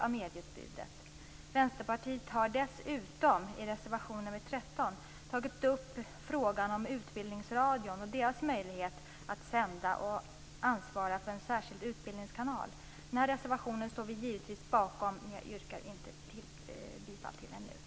Vänsterpartiet har dessutom i reservation 13 tagit upp frågan om Utbildningsradion och dess möjlighet att sända och ansvara för en särskild utbildningskanal. Vi står givetvis bakom denna reservation, men jag yrkar inte bifall till den nu.